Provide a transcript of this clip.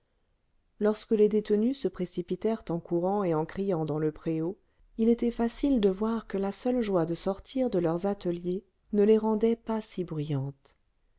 lorsque les détenues se précipitèrent en courant et en criant dans le préau il était facile de voir que la seule joie de sortir de leurs ateliers ne les rendait pas si bruyantes